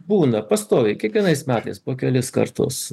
būna pastoviai kiekvienais metais po kelis kartus